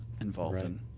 involved